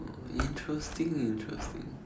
interesting interesting